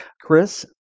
Chris